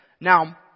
Now